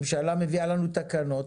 ממשלה מביאה לנו תקנות,